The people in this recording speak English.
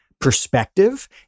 perspective